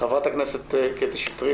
חברת הכנסת קטי שטרית.